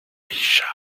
richard